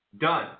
Done